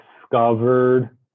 discovered